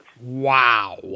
Wow